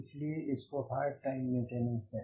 इसीलिए इसको hard time maintenance कहते हैं